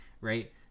right